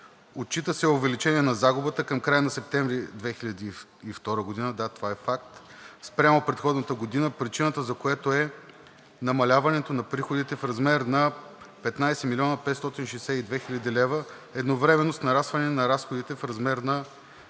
Отчита се увеличение на загубата към края на септември 2022 г. – да, това е факт, спрямо предходната година, причината за което е намаляването на приходите в размер на 15 млн. 562 хил. лв. едновременно с нарастване на разходите в размер на